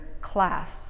class